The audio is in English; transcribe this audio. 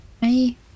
Hey